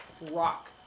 rock